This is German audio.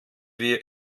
wir